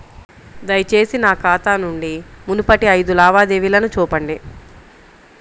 దయచేసి నా ఖాతా నుండి మునుపటి ఐదు లావాదేవీలను చూపండి